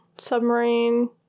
submarine